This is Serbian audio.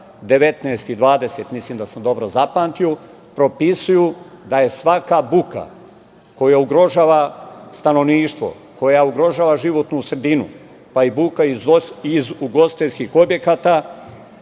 19. i 20, mislim da sam dobro zapamtio, propisuju da je svaka buka koja ugrožava stanovništvo, koja ugrožava životnu sredinu, pa i buka iz ugostiteljskih objekata,